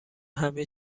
همه